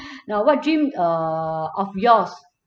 now what dream err of yours